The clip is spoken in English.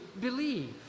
believe